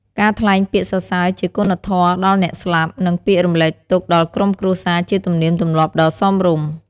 ការថ្លែងពាក្យសរសើរជាគុណធម៌ដល់អ្នកស្លាប់ និងពាក្យរំលែកទុក្ខដល់ក្រុមគ្រួសារជាទំនៀមទម្លាប់ដ៏សមរម្យ។